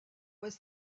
was